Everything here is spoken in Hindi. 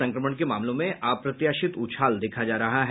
संक्रमण के मामलों में अप्रत्याशित उछाल देखा जा रहा है